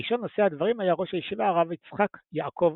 ראשון נושאי הדברים היה ראש הישיבה הרב יצחק יעקב